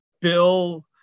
Bill